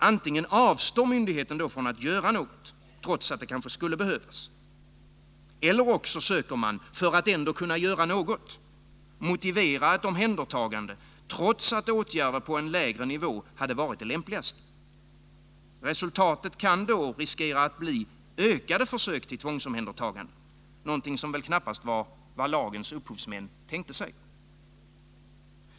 Antingen avstår myndigheten från att göra något, trots att det skulle behövas. Eller också söker man — för att ändå kunna göra något — motivera ett omhändertagande, trots att åtgärder på en lägre nivå hade varit det lämpligaste. Resultatet kan då bli ökade försök till tvångsomhändertaganden, vilket väl knappast var vad lagens upphovsmän tänkte sig.